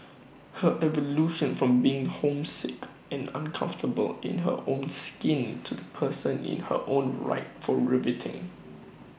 her evolution from being homesick and uncomfortable in her own skin to the person in her own right for riveting